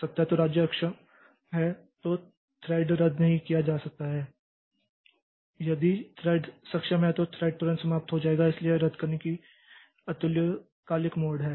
तो राज्य अक्षम है तो थ्रेड रद्द नहीं किया जा सकता है यदि थ्रेड सक्षम है तो थ्रेड तुरंत समाप्त हो जाएगा इसलिए यह रद्द करने की अतुल्यकालिक मोड है